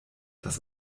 das